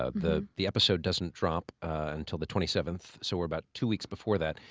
ah the the episode doesn't drop until the twenty seventh, so we're about two weeks before that.